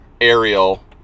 Ariel